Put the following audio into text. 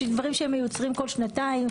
יש דברים שמיוצרים כל שנתיים.